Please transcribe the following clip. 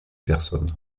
personnes